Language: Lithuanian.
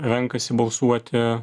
renkasi balsuoti